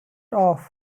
off